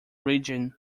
region